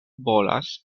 bolas